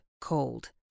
cold